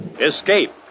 Escape